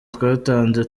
twatanze